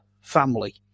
family